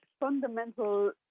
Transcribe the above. fundamental